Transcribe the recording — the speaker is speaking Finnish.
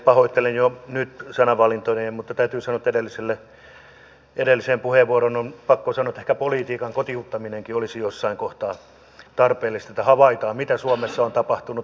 pahoittelen jo nyt sanavalintojani mutta täytyy sanoa että edelliseen puheenvuoroon on pakko sanoa että ehkä politiikan kotiuttaminenkin olisi jossain kohtaa tarpeellista että havaitaan mitä suomessa on tapahtunut